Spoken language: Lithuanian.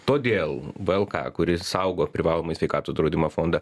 todėl b el ka kuris saugo privalomąjį sveikatų draudimo fondą